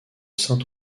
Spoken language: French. saint